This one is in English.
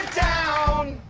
down